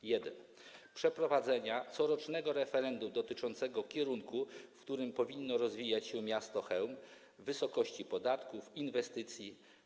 Po pierwsze, do przeprowadzenia corocznego referendum dotyczącego kierunku, w którym powinno rozwijać się miasto Chełm, oraz wysokości podatków i inwestycji.